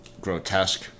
Grotesque